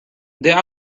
there